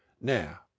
Now